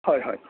হয় হয়